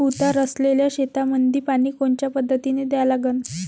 उतार असलेल्या शेतामंदी पानी कोनच्या पद्धतीने द्या लागन?